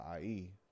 IE